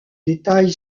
détail